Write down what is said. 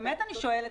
ובאמת אני שואלת,